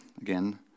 Again